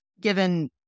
given